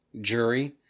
jury